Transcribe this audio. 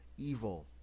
evil